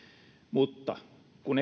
mutta kun